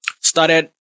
started